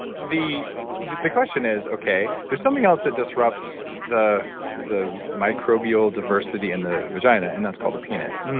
the the question is, okay, there's something else that disrupts the the microbial diversity in the vagina and that's called a penis.